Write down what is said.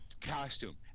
costume